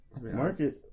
Market